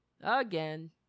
again